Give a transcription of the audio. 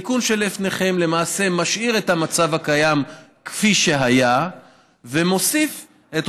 התיקון שלפניכם למעשה משאיר את המצב הקיים כפי שהיה ומוסיף את